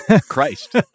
Christ